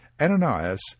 Ananias